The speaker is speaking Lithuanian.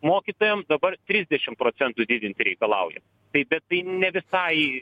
mokytojams dabar trisdešim procentų didinti reikalauja tai bet tai ne visai